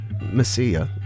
messiah